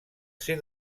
ser